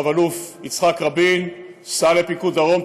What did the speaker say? רב-אלוף יצחק רבין: סע לפיקוד דרום,